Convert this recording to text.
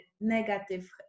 negative